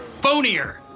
phonier